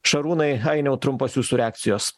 šarūnai ainiau trumpos jūsų reakcijos